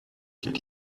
did